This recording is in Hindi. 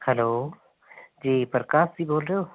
हेलो जी प्रकाश जी बोल रहे हो